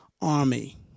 army